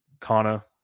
Kana